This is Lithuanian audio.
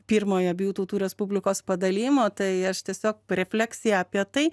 pirmojo abiejų tautų respublikos padalijimo tai aš tiesiog refleksiją apie tai